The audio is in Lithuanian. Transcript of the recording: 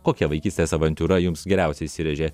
kokia vaikystės avantiūra jums geriausiai įsirėžė